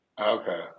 Okay